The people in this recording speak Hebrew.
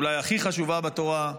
אולי הכי חשובה בתורה,